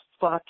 fuck